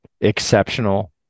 exceptional